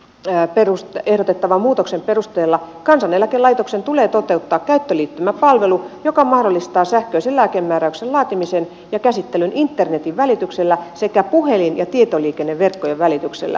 lääkemääräyslakiin ehdotettavan muutoksen perusteella kansaneläkelaitoksen tulee toteuttaa käyttöliittymäpalvelu joka mahdollistaa sähköisen lääkemääräyksen laatimisen ja käsittelyn internetin välityksellä sekä puhelin ja tietoliikenneverkkojen välityksellä